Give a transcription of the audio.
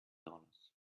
dollars